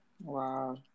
Wow